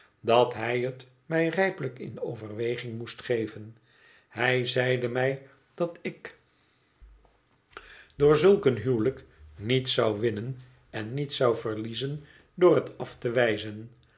dat hij het mij rijpelijk in overweging moest geven hij zeide mij dat ik door zulk een huwelijk niets zou winnen en niets zou verliezen door het af te wijzen